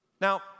Now